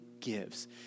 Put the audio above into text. gives